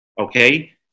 okay